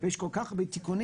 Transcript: ויש כל כך הרבה תיקונים,